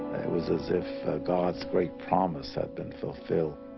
it was as if god's great promise had been fulfilled